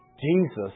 Jesus